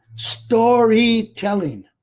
storytelling.